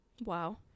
Wow